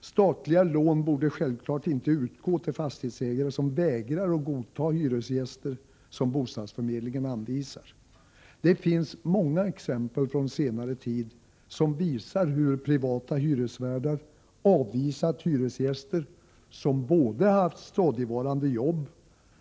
Statliga lån borde självklart inte utgå till fastighetsägare som vägrar att godta hyresgäster som bostadsförmedlingen anvisar. Det finns många exempel från senare tid som visar hur privata hyresvärdar avvisat hyresgäster som både haft stadigvarande jobb,